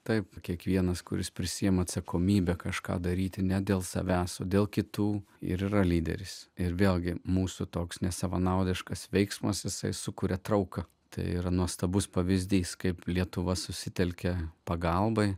taip kiekvienas kuris prisiima atsakomybę kažką daryti ne dėl savęs o dėl kitų yra lyderis ir vėlgi mūsų toks nesavanaudiškas veiksmas jisai sukuria trauką tai yra nuostabus pavyzdys kaip lietuva susitelkė pagalbai